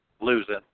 losing